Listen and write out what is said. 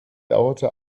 dauerte